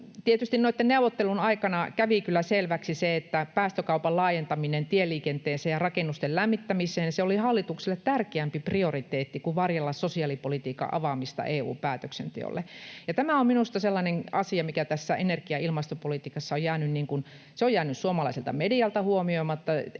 noitten neuvottelujen aikana kävi kyllä selväksi se, että päästökaupan laajentaminen tieliikenteeseen ja rakennusten lämmittämiseen oli hallitukselle tärkeämpi prioriteetti kuin varjella sosiaalipolitiikan avaamista EU-päätöksenteolle. Ja tämä on minusta sellainen asia, mikä tässä energia- ja ilmastopolitiikassa on jäänyt suomalaiselta medialta huomioimatta,